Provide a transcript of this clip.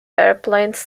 aeroplanes